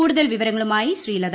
കൂടുതൽ വിവരങ്ങളുമായി ശ്രീലത